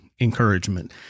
encouragement